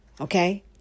Okay